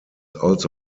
also